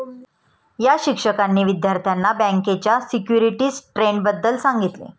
या शिक्षकांनी विद्यार्थ्यांना बँकेच्या सिक्युरिटीज ट्रेडबद्दल सांगितले